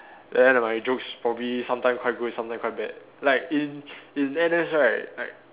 then my jokes probably sometime quite good sometime quite bad like in in N_S right I